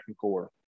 core